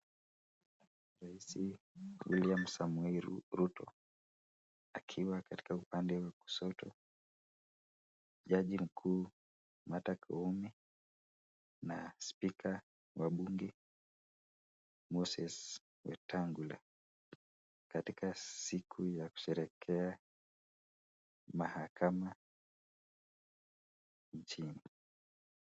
Raisi William Samoei Ruto akiwa katika upande wa kushoto, jaji mkuu martha koome na spika wa bunge Moses Wetangula katika siku ya kusherehekea mahakama nchini.